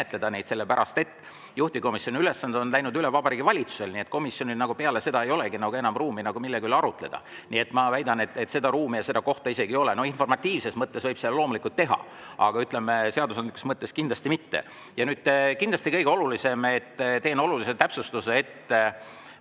et juhtivkomisjoni ülesanded on läinud üle Vabariigi Valitsusele. Nii et komisjonil peale seda ei olegi enam ruumi millegi üle arutleda. Nii et ma väidan, et seda ruumi ja seda kohta isegi ei ole. Informatiivses mõttes võib seda loomulikult teha, aga seadusandlikus mõttes kindlasti mitte. Ja nüüd kindlasti kõige olulisem. Enne aga teen olulise täpsustuse: